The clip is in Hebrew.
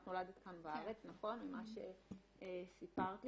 את נולדת כאן בארץ ממה שסיפרת לי,